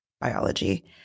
biology